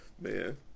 Man